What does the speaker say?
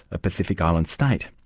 a pacific island state.